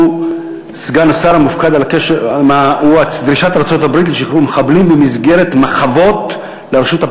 והוא הצעות לסדר-היום מס' 37 ו-56